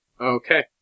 Okay